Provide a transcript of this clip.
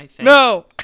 No